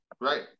Right